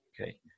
okay